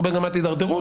במגמת התדרדרות,